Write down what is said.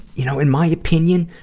you know, in my opinion,